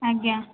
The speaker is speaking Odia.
ଆଜ୍ଞା